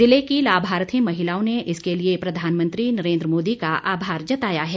जिले की लाभार्थी महिलाओं ने इसके लिए प्रधानमंत्री नरेन्द्र मोदी का आभार जताया है